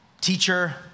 teacher